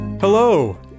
Hello